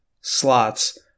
slots